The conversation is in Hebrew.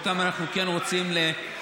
אותם אנחנו כן רוצים לקדם,